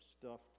stuffed